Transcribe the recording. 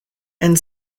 and